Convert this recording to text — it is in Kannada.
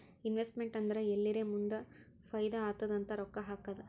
ಇನ್ವೆಸ್ಟಮೆಂಟ್ ಅಂದುರ್ ಎಲ್ಲಿರೇ ಮುಂದ್ ಫೈದಾ ಆತ್ತುದ್ ಅಂತ್ ರೊಕ್ಕಾ ಹಾಕದ್